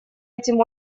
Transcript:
этим